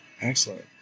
Excellent